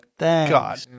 God